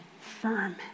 firm